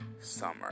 summer